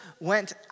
went